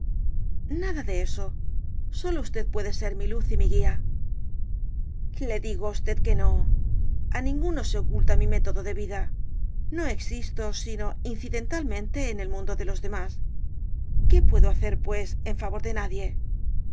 nada de eso sólo usted puede ser mi luz y mi guía le digo á usted que no a ninguno se oculta mi método de vida no existo sino incidentalmente en el mundo de los demás qué puedo hacer pues en favor de nadie